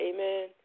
Amen